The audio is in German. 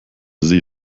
sie